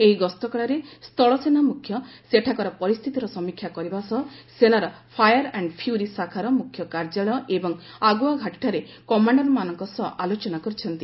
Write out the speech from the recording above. ଏହି ଗସ୍ତକାଳରେ ସ୍ଥଳସେନା ମୁଖ୍ୟ ସେଠାକାର ପରିସ୍ଥିତିର ସମୀକ୍ଷା କରିବା ସହ ସେନାର ଫାୟାର ଆଣ୍ଡ ଫ୍ୟୁରି ଶାଖାର ମୁଖ୍ୟ କାର୍ଯ୍ୟାଳୟ ଏବଂ ଆଗୁଆ ଘାଟୀଠାରେ କମାଶ୍ଡରମାନଙ୍କ ସହ ଆଲୋଚନା କରିଛନ୍ତି